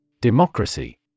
Democracy